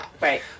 Right